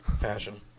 passion